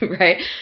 Right